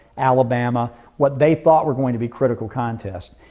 alabama what they thought were going to be critical contests.